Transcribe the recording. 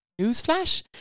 Newsflash